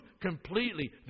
completely